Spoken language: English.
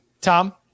Tom